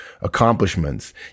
accomplishments